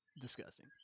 disgusting